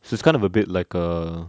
so it's kind of a bit like a